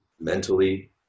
mentally